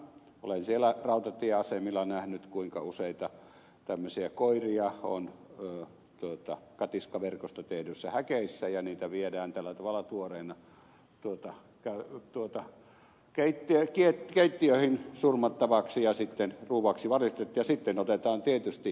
olen siellä rautatieasemilla nähnyt kuinka useita tämmöisiä koiria on katiskaverkosta tehdyissä häkeissä ja niitä viedään tällä tavalla tuoreena keittiöihin surmattavaksi ja sitten ruuaksi valmistettavaksi ja sitten otetaan tietysti nahka pois